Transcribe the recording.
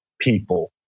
people